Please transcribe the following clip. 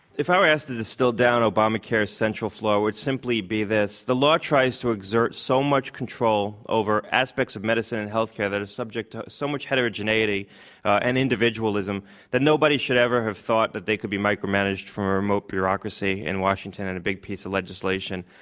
if i were asked to distill downobamacare's essential flaw, it would simply be this, the law tries to exert so much control over aspects of medicine and health care that it's subject to so much heterogeneity and individualism that nobody should ever have thought that they could be micromanaged from a remote bureaucracy in washington in a big piece of legislation.